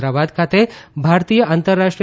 હૈદરાબાદ ખાતે ભારતીય આંતરરાષ્ટ્રી